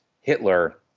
Hitler